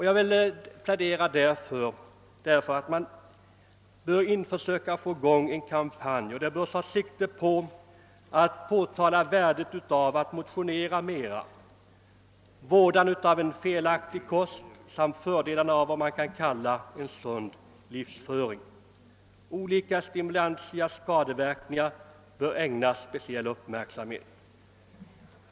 Jag vill plädera därför; man bör försöka att få i gång en kampanj som påtalar värdet av att motionera mer, vådan av felaktig kost och fördelarna av vad man kan kalla en sund livsföring. Olika stimulantias skadeverkningar bör ägnas speciell uppmärksamhet.